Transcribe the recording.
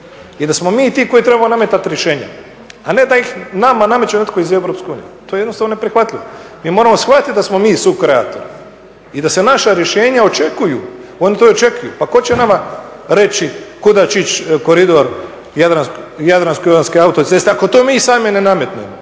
i da smo mi ti koji trebamo nametati rješenja, a ne da ih nama nameće netko iz EU, to je jednostavno neprihvatljivo. Mi moramo shvatiti da smo mi sukreatori i da se naša rješenja očekuju, oni to očekuju. Pa tko će nama reći kuda će ići koridor Jadransko-ionske autoceste ako to mi sami ne nametnemo?